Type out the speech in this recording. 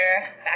Back